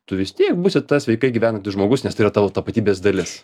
tu vis tiek būsi tas sveikai gyvenantis žmogus nes tai yra tavo tapatybės dalis